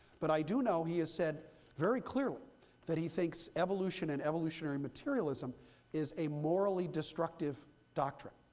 but i do know, he has said very clearly that he thinks evolution and evolutionary materialism is a morally destructive doctrine.